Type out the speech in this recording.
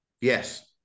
Yes